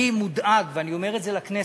אני מודאג, ואני אומר את זה לכנסת.